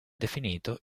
definito